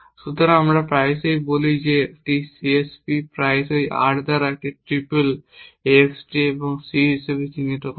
সুতরাং আমরা প্রায়ই বলি যে একটি CSP প্রায়শই R দ্বারা এই ট্রিপল x d এবং c হিসাবে চিহ্নিত করা হয়